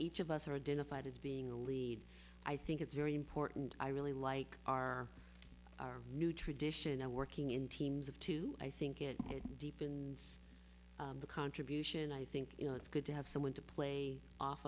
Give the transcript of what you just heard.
each of us are identified as being a lead i think it's very important i really like our new tradition of working in teams of two i think it deepens the contribution i think you know it's good to have someone to play off